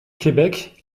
québec